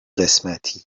قسمتی